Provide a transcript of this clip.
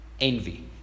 Envy